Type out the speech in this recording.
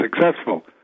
successful